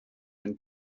than